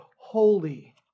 Holy